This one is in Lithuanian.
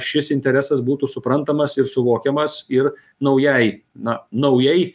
šis interesas būtų suprantamas ir suvokiamas ir naujai na naujai